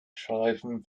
schleifen